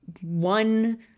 one